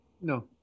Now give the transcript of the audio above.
No